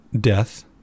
death